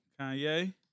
Kanye